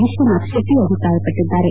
ವಿಶ್ವನಾಥ ಶೆಟ್ಟ ಅಭಿಪ್ರಾಯಪಟ್ಟಿದ್ದಾರೆ